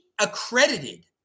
accredited